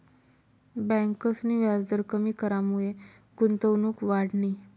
ब्यांकसनी व्याजदर कमी करामुये गुंतवणूक वाढनी